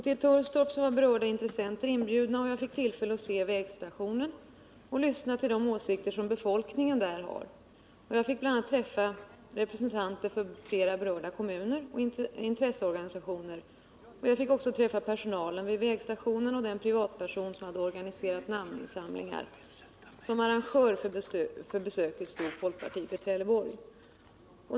Till Tullstorp var berörda intressenter inbjudna, och jag fick tillfälle att se vägstationen och lyssna till de åsikter som befolkningen på orten har. Jag fick bl.a. träffa representanter för flera berörda kommuner och intresseorganisationer. Jag fick också träffa personalen vid vägstationen och den privatperson som hade organiserat namninsamlingar. Som arrangör för besöket stod folkpartiet i Trelleborg.